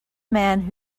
man